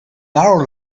hour